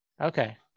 okay